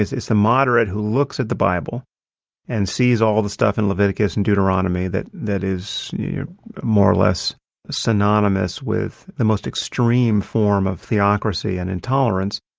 it's the moderate who looks at the bible and sees all the stuff in leviticus and deuteronomy that that is more or less synonymous with the most extreme form of theocracy and intolerance.